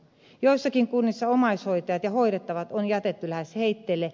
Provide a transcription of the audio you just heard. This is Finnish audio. joissakin kunnissa omaishoitajat ja hoidettavat on jätetty lähes heitteille